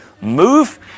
move